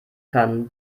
kann